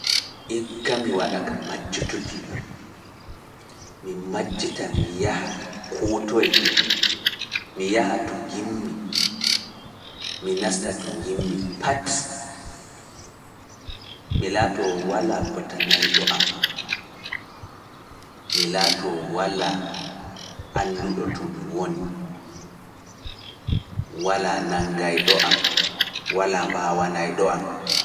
Igga mi waɗa ka majjutuki, mi majjita mi yaha koo toye, mi yaha to njimmi, mi nasta to njimmi pat, mi laatoo walaa potanayɗo am, mi laatoo walaa annduɗo to mi woni, walaa nanngaayɗo am, walaa mbaawanayɗo am.